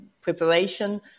preparation